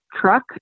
truck